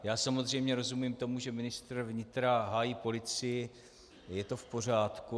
Já samozřejmě rozumím tomu, že ministr vnitra hájí policii, to je v pořádku.